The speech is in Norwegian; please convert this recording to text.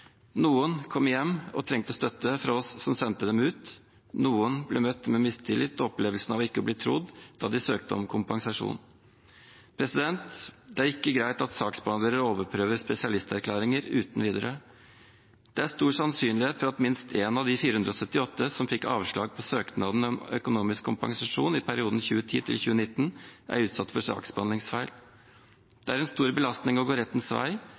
Noen kom hjem og trengte støtte fra oss som sendte dem ut, noen ble møtt med mistillit og opplevelsen av ikke å bli trodd da de søkte om kompensasjon. Det er ikke greit at saksbehandlere overprøver spesialisterklæringer uten videre. Det er stor sannsynlighet for at minst én av de 478 som fikk avslag på søknaden om økonomisk kompensasjon i perioden 2010–2019, er utsatt for saksbehandlingsfeil. Det er en stor belastning å gå rettens vei,